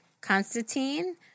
Constantine